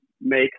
make